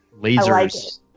Lasers